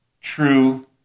true